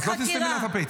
את לא תסתמי לה את הפה,